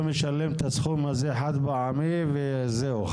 משלם את הסכום הזה באופן חד פעמי וזהו?